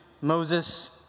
Moses